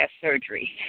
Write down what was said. surgery